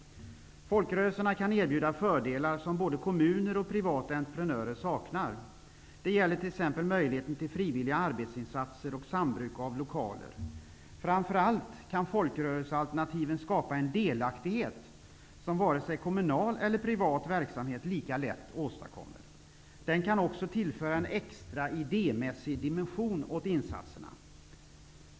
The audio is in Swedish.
Folkrörelserna kan erbjuda fördelar som både kommuner och privata entreprenörer saknar. Det gäller t.ex. möjligheten till frivilliga arbetsinsatser och sambruk av lokaler. Framför allt kan folkrörelsealternativen skapa en delaktighet som varken kommunal eller privat verksamhet lika lätt åstadkommer. Den kan också tillföra en extra idémässig dimension åt insatserna.